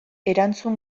erantzun